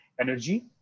energy